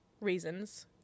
reasons